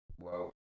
Whoa